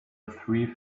three